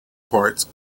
parts